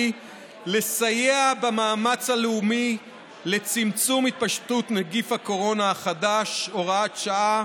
לסייע במאמץ הלאומי לצמצום התפשטות נגיף הקורונה החדש (הוראת שעה),